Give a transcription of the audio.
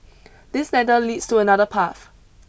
this ladder leads to another path